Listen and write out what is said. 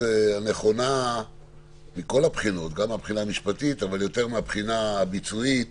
נכונה מבחינה משפטית אבל בעיקר ביצועית